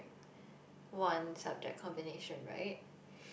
one subject combination right